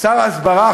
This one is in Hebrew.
שר ההסברה.